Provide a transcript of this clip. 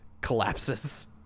collapses